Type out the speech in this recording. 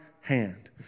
hand